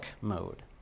mode